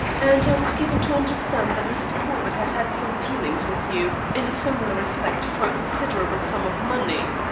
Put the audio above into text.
and i was given to understand that mr. corbett has had some dealings with you in a similar respect for a considerable sum of money.